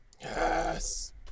Yes